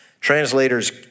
translators